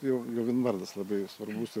jau jau vien vardas labai svarbus ir